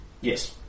Yes